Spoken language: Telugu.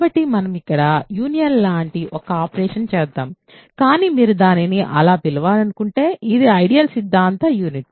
కాబట్టి మనం ఇక్కడ యూనియన్ లాంటి ఒక ఆపరేషన్ చేద్దాం కానీ మీరు దానిని అలా పిలవాలనుకుంటే అది ఐడియల్ సిద్ధాంత యూనియన్